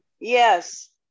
yes